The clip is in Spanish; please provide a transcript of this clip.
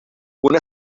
una